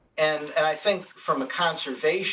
and and i think from a conservation